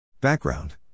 Background